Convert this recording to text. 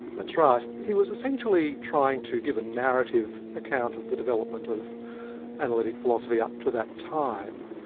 that's right. he was essentially trying to give a narrative account of the development of analytic philosophy up to that time.